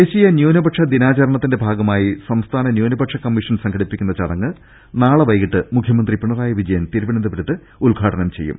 ദേശീയ ന്യൂനപക്ഷ ദിനാചരണത്തിന്റെ ഭാഗമായി സംസ്ഥാന ന്യൂനപക്ഷ കമ്മീ ഷൻ സംഘടിപ്പിക്കുന്ന ചടങ്ങ് നാളെ വൈകീട്ട് മുഖ്യമന്ത്രി പിണറായി വിജ യൻ തിരുവനന്തപുരത്ത് ഉദ്ഘാടനം ചെയ്യും